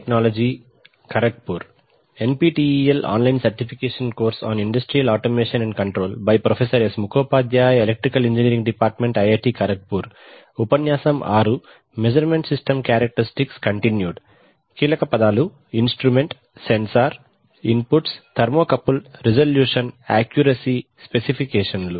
కీలక పదాలు instrument sensor inputs thermocouple resolution accuracy specification లు